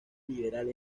liberal